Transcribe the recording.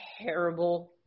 terrible